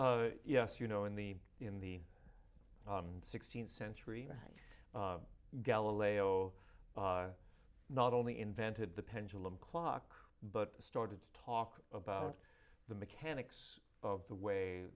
that yes you know in the in the sixteenth century galileo not only invented the pendulum clock but started to talk about the mechanics of the way